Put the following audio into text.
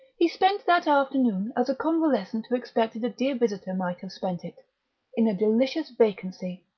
he spent that afternoon as a convalescent who expected a dear visitor might have spent it in a delicious vacancy,